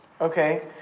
Okay